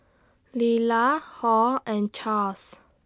Lila Hall and Charles